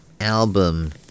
album